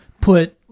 put